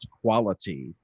quality